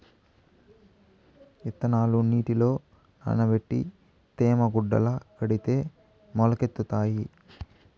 ఇత్తనాలు నీటిలో నానబెట్టి తేమ గుడ్డల కడితే మొలకెత్తుతాయి